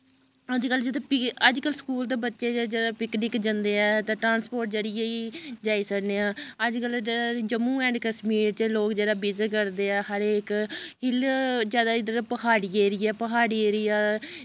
अजकल्ल जित्थै अजकल्ल स्कूल दे बच्चे जिसलै पिकनिक जंदे ऐ ते ट्रांस्पोट दे जरिये गै जाई सकने आं अजकल्ल जेह्ड़े जम्मू ऐंड कश्मीर लोग जेह्ड़े बिजट करदे ऐ हर इक हिल जैदा इद्धर प्हाड़ी एरिया ऐ प्हाड़ी एरिया